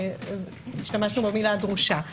אתמול התנגדתי להרחבות בצו.